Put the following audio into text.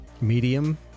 medium